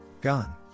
Gone